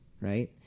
right